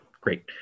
great